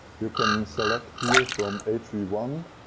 you can select here from h v one,